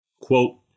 Quote